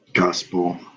gospel